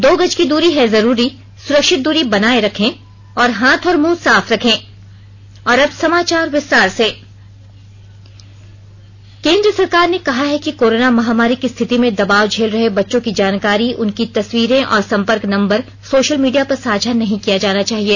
दो गज की दूरी है जरूरी सुरक्षित दूरी बनाये रखें और हाथ और मुंह साफ रखें और अब समाचार विस्तार से केंद्र सरकार ने कहा है कि कोरोना महामारी की स्थिति में दबाव झेल रहे बच्चों की जानकारी उनकी तस्वीरें और संपर्क नंबर सोशल मीडिया पर साझा नहीं किया जाना चाहिए